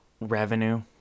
revenue